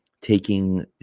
taking